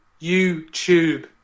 YouTube